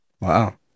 Wow